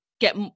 get